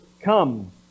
come